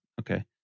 Okay